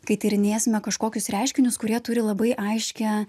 kai tyrinėsime kažkokius reiškinius kurie turi labai aiškią